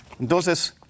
Entonces